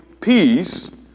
peace